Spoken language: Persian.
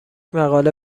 مقاله